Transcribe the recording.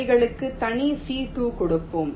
அவர்களுக்கு தனி C 2 கொடுப்போம்